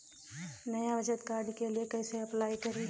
नया बचत कार्ड के लिए कइसे अपलाई करी?